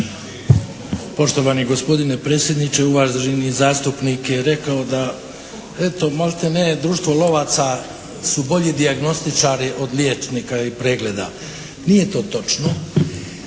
Poštovani gospodine predsjedniče, uvaženi zastupnik je rekao da eto maltene društvo lovaca su bolji dijagnostičari od liječnika i pregleda. Nije to točno.